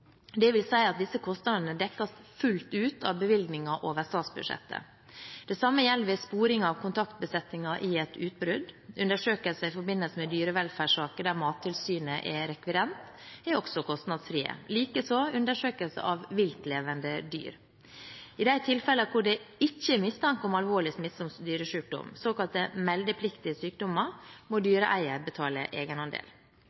at disse kostnadene dekkes fullt ut av bevilgningen over statsbudsjettet. Det samme gjelder ved sporing av kontaktbesetninger i et utbrudd. Undersøkelser i forbindelse med dyrevelferdssaker der Mattilsynet er rekvirent, er også kostnadsfrie, likeså undersøkelser av viltlevende dyr. I de tilfeller hvor det ikke er mistanke om alvorlig, smittsom dyresykdom, såkalte meldepliktige sykdommer, må dyreeier betale egenandel